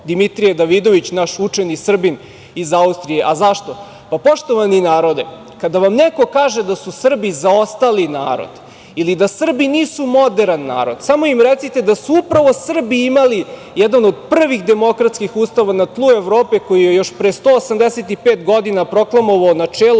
Dimitrije Davidović, naš učeni Srbin iz Austrije. Zašto? Poštovani narode, kada vam neko kaže da su Srbi zaostali narod ili da Srbi nisu moderan narod, samo im recite da su Srbi upravo imali jedan od prvih demokratskih Ustava na tlu Evrope, koji je još pre 185 godina proklamovao načelo